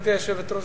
גברתי היושבת-ראש,